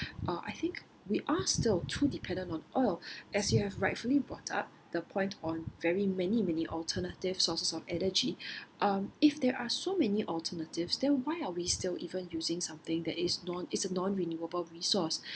uh I think we are still too dependent on oil as you have rightfully brought up the point on very many many alternative sources of energy um if there are so many alternatives then why are we still even using something that is non is a non-renewable resource